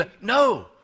No